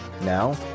Now